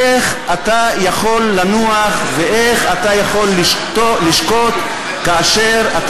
איך אתה יכול לנוח ואיך אתה יכול לשקוט כאשר אתה